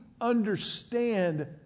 understand